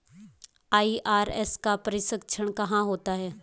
IRS का प्रशिक्षण कहाँ होता है?